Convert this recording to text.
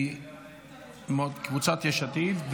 ושל קבוצת יש עתיד.